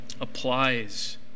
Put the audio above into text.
applies